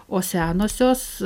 o senosios